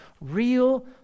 real